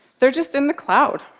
they're just in the cloud.